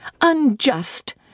Unjust